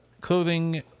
clothing